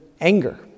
Anger